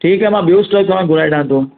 ठीकु आहे मां बियो स्टॉक तव्हां घुराए ॾिआ थो